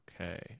Okay